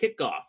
kickoff